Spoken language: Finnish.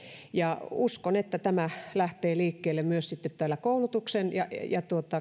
ja uskon että tämä lähtee liikkeelle myös sitten täällä koulutuksen ja ja